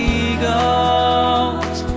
eagles